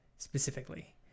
specifically